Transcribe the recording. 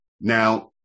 Now